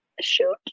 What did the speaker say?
shoot